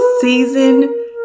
Season